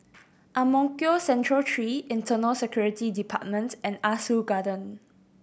Ang Mo Kio Central Three Internal Security Department and Ah Soo Garden